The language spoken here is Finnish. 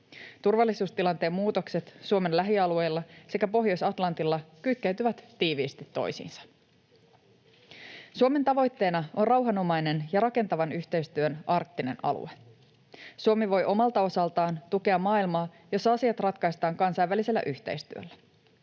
Turvallisuustilanteen muutokset Suomen lähialueilla sekä Pohjois-Atlantilla kytkeytyvät tiiviisti toisiinsa. Suomen tavoitteena on rauhanomainen ja rakentavan yhteistyön arktinen alue. Suomi voi omalta osaltaan tukea maailmaa, jossa asiat ratkaistaan kansainvälisellä yhteistyöllä.